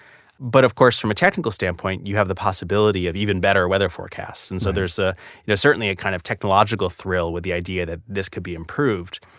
but, of course, from a technical standpoint, you have the possibility of even better weather forecasts. and so there's ah you know certainly a kind of technological thrill with the idea that this could be improved,